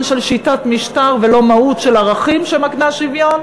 של שיטת משטר ולא מהות של ערכים שמקנה שוויון.